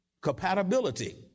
compatibility